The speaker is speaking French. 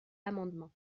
amendement